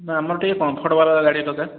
ନା ଆମର ଟିକେ କମ୍ଫର୍ଟ ବାଲା ଗାଡ଼ି ଦରକାର